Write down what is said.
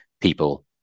people